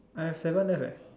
I have seven left eh